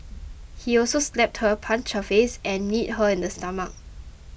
he also slapped her punched her face and kneed her in the stomach